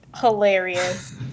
hilarious